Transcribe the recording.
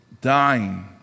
dying